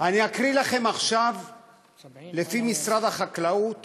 אני אקריא לכם עכשיו את המחירים שלפי משרד החקלאות